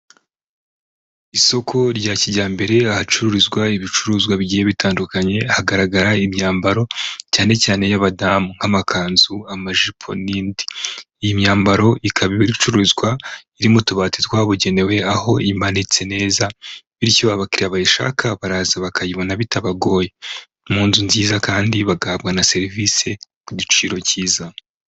Isoko rya kijyambere ahacuruzwa ibicuruzwa bigiye bitandukanye hagaragara imyambaro cyane cyane y'abadamu nk'amakanzu, amajipo n'indi. Iyi myambaro ikaba icuruzwa iri mu tubati twabugenewe, aho imanitse neza bityo abakiriya bayishaka baraza bakayibona bitabagoye mu nzu nziza kandi bagahabwa na serivisi ku giciro cyiza.